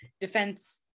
defense